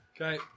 Okay